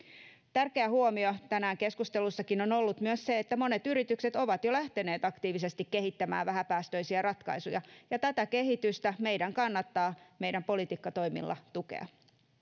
tärkeä huomio tänään keskustelussakin on ollut myös se että monet yritykset ovat jo lähteneet aktiivisesti kehittämään vähäpäästöisiä ratkaisuja ja tätä kehitystä meidän kannattaa meidän politiikkatoimilla tukea